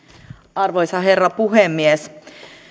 arvoisa herra puhemies